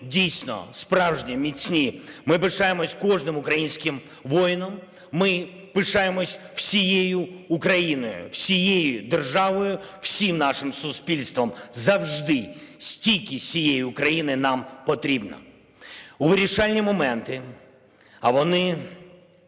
дійсно справжні, міцні. Ми пишаємося кожним українським воїном, ми пишаємося всією Україною, всією державою, всім нашим суспільством. Завжди стійкість всієї України нам потрібна. У вирішальні моменти, а вони